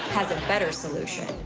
has a better solution.